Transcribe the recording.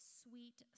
sweet